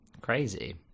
Crazy